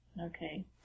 Okay